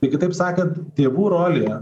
tai kitaip sakant tėvų rolė